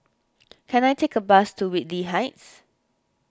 can I take a bus to Whitley Heights